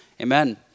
Amen